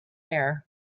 air